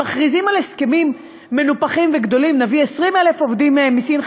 מכריזים על הסכמים מנופחים וגדולים: נביא 20,000 עובדים מסין,